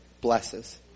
blesses